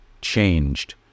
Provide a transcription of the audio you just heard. changed